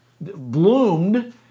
bloomed